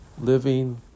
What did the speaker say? living